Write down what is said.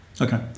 Okay